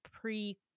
pre